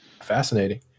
fascinating